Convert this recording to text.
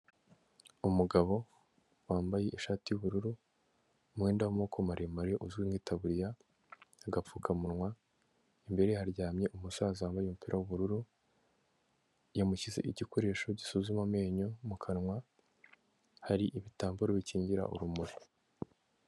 Umugabo wambaye ishati y'ubururu, umwenda w'amaboko maremare uzwi nk'itaburiya, agapfukamunwa, imbere ye haryamye umusaza wambaye umupira w'ubururu, yamushyize igikoresho gisuzuma amenyo mu kanwa, hari ibitambaro bikingira urumuri.